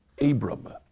Abram